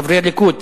חברי הליכוד.